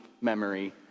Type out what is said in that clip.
memory